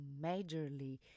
majorly